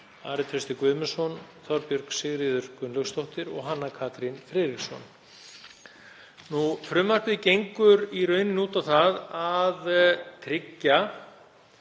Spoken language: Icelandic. Ari Trausti Guðmundsson, Þorbjörg Sigríður Gunnlaugsdóttir og Hanna Katrín Friðriksson. Frumvarpið gengur út á það að tryggja